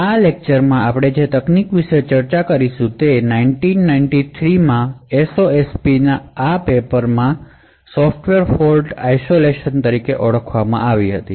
આ લેક્ચરમાં આપણે જે તકનીકો વિશે ચર્ચા કરીશું તે 1993 માં SOSP માં આ પેપર કાર્યક્ષમ સોફ્ટવેર ફોલ્ટ આઇસોલેશન માં છે